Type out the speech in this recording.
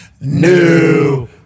new